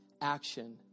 action